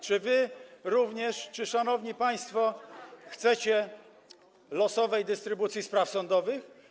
Czy wy również, czy szanowni państwo chcecie losowej dystrybucji spraw sądowych?